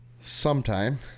sometime